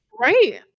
Right